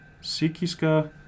Sikiska